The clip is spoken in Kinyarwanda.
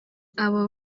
abo